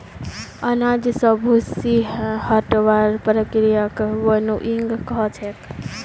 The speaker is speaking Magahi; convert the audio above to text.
अनाज स भूसी हटव्वार प्रक्रियाक विनोइंग कह छेक